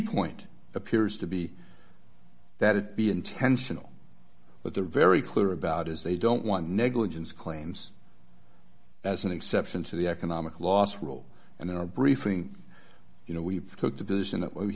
point appears to be that it be intentional but they're very clear about as they don't want negligence claims as an exception to the economic loss rule and in our briefing you know we